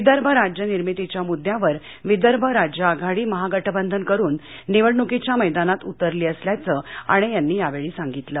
विदर्भ राज्य निर्मितीच्या मुद्द्यावर विदर्भ राज्य आघाडी महागठबंधन करून निवडणुकीच्या मैदानात उतरली असल्याचं अणे यांनी यावेळी सांगितलं